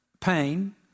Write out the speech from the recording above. pain